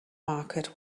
market